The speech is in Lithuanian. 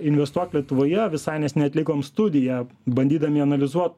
investuok lietuvoje visai neseniai atlikom studiją bandydami analizuot